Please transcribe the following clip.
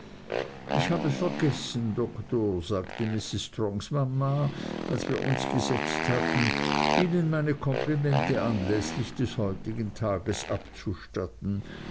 ich habe vergessen doktor sagte mrs strongs mama als wir uns gesetzt hatten ihnen meine komplimente anläßlich des heutigen tages abzustatten